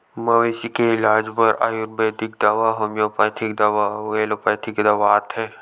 मवेशी के इलाज बर आयुरबेदिक दवा, होम्योपैथिक दवा अउ एलोपैथिक दवा आथे